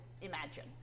imagine